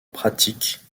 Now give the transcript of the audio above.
pratiques